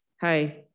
Hi